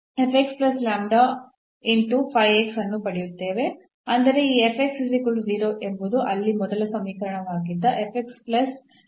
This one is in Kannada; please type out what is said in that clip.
ಅಂದರೆ ಈ ಎಂಬುದು ಅಲ್ಲಿ ಮೊದಲ ಸಮೀಕರಣವಾಗಿದ್ದ